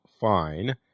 fine